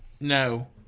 No